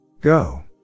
go